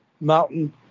mountain